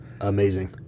Amazing